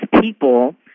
people